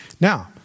Now